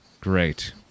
Great